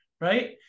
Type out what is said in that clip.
right